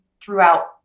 throughout